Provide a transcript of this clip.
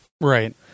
Right